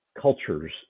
cultures